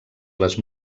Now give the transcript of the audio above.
les